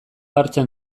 hartzen